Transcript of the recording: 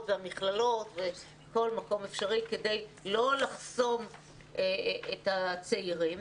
ובמכללות ובכל מקום אפשרי כדי לא לחסום את הצעירים,